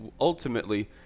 ultimately